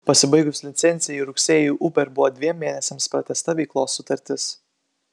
pasibaigus licencijai rugsėjį uber buvo dviem mėnesiams pratęsta veiklos sutartis